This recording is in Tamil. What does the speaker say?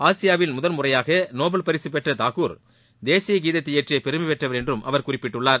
ஆசியாவின் முதன்முறையாக நோபல் பரிசு வென்ற தாகூர் தேசிய கீதத்தை இயற்றிய பெருமை பெற்றவர் என்றும் அவர் குறிப்பிட்டுள்ளார்